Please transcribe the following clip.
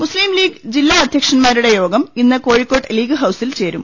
മുസ്ലീഗ് ജില്ലാ അധ്യക്ഷൻമാരുടെ യോഗം ഇന്ന് കോഴിക്കോ ട്ട് ലീഗ് ഹൌസിൽ ചേരും